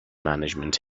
management